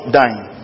dying